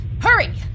Hurry